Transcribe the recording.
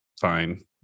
fine